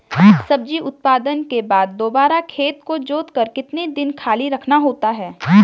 सब्जी उत्पादन के बाद दोबारा खेत को जोतकर कितने दिन खाली रखना होता है?